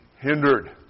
hindered